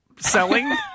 selling